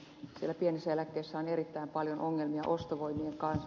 siellä pienissä eläkkeissä on erittäin paljon ongelmia ostovoiman kanssa